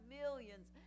millions